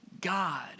God